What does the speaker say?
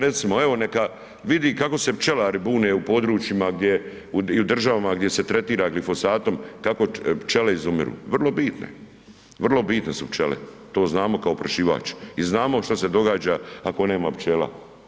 Recimo evo neka vidi kako se pčelari bune u područjima gdje i u državama gdje se tretira glifosatom kako pčele izumiru, vrlo bitne, vrlo bitne su pčele, to znamo, kao oprašivač i znamo što se događa ako nema pčela.